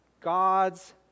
God's